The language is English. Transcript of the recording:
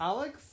Alex